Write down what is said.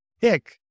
pick